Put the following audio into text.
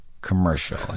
commercial